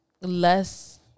less